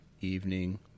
evening